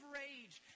rage